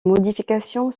modifications